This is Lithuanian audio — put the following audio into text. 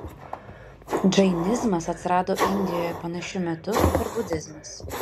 džainizmas atsirado indijoje panašiu metu kaip ir budizmas